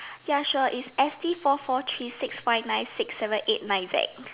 ya sure is it's S C four four three six five nine six seven eight nine Z